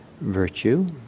virtue